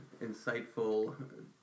insightful